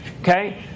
Okay